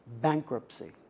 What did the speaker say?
bankruptcy